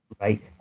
Right